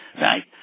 Right